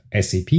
SAP